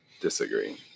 disagree